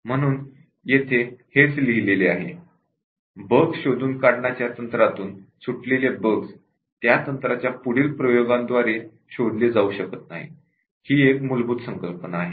बग removal techniques मधून वाचलेल्या bugs त्याच टेक्निक्स च्या पुढील प्रयोगांद्वारे शोधल्या जाऊ शकत नाहीत ही एक मूलभूत संकल्पना आहे